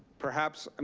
perhaps, and